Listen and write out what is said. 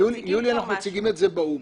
ביולי אנחנו מציגים את זה באו"ם.